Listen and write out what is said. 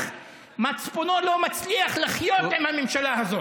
ומצפונו לא מצליח לחיות עם הממשלה הזאת.